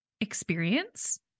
experience